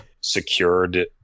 secured